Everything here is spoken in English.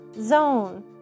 zone